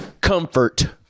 Comfort